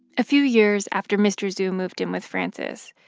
a few years after mr. zhu moved in with frances,